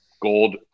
gold